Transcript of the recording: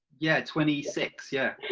yeah twenty six, yes.